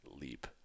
leap